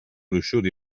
gruixut